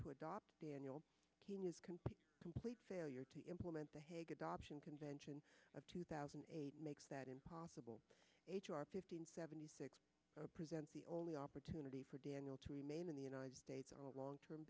to adopt your complete failure to implement the hague adoption convention of two thousand and eight makes that impossible h r fifteen seventy six present the only opportunity for daniel to remain in the united states are long term